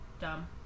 Dumb